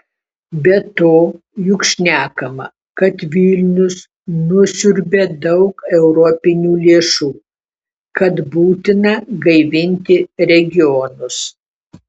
be to juk šnekama kad vilnius nusiurbia daug europinių lėšų kad būtina gaivinti regionus